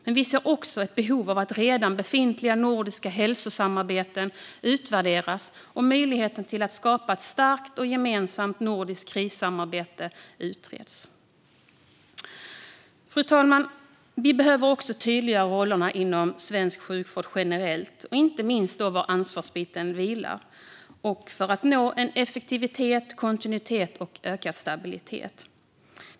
Men vi ser också ett behov av att redan befintliga nordiska hälsosamarbeten utvärderas och att möjligheten till ett starkt och gemensamt nordiskt krissamarbete utreds. Fru talman! Vi behöver tydliggöra rollerna inom svensk sjukvård generellt, inte minst var ansvarsbiten vilar för att nå effektivitet, kontinuitet och stabilitet.